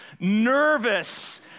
nervous